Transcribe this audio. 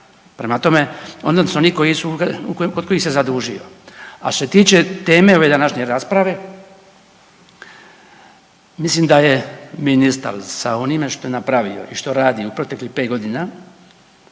prema tome odnosno oni kod kojih se zadužio. A što se tiče teme ove današnje rasprave mislim da je ministar sa onime što je napravio i što radi u proteklih 5.g.